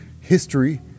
history